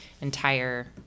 entire